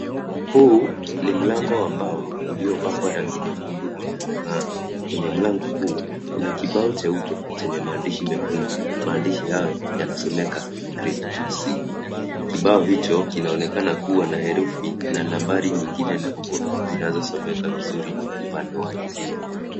Huu ni mlango ambao uliopakwa rangi nyekundu inayong'aa. Kwenye mlango huu, kuna kibao cheupe chenye maandishi mekundu . Maandishi hayo yanasomeka grade 2c . Kibao hicho kinaonekana kuwa na herufi na nambari nyingine ndogo zinazosomeka vizuri upande wa kulia.